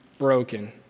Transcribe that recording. broken